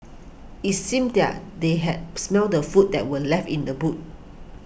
it's seemed there they had smelt the food that were left in the boot